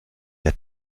der